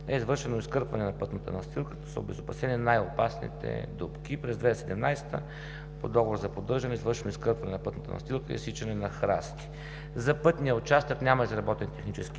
е извършено изкърпване на пътната настилка, като са обезопасени най-опасните дупки. През 2017 г. по договор за поддържане е извършено изкърпване на пътната настилка и изсичане на храсти. За пътния участък няма изработен технически